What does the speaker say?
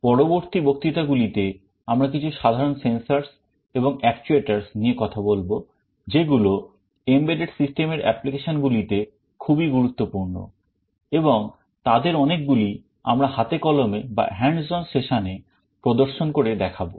পরবর্তী বক্তৃতাগুলিতে আমরা কিছু সাধারণ sensors এবং actuators নিয়ে কথা বলব যেগুলো embedded system এর অ্যাপ্লিকেশন গুলিতে খুবই গুরুত্বপূর্ণ এবং তাদের অনেকগুলি আমরা হাতে কলমে session এ প্রদর্শন করে দেখাবো